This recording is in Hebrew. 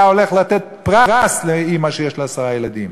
שהיה נותן פרס לאימא שיש לה עשרה ילדים.